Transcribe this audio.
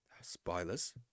Spoilers